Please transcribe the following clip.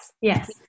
yes